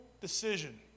decision